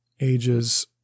ages